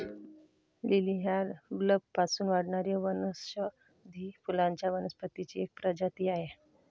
lily ही बल्बपासून वाढणारी वनौषधी फुलांच्या वनस्पतींची एक प्रजाती आहे